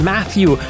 Matthew